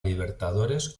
libertadores